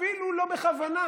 אפילו לא בכוונה,